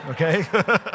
okay